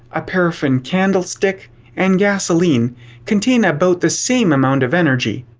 a paraffin candle stick and gasoline contain about the same amount of energy.